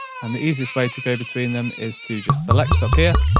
and the easiest way to go between them is to just select up here.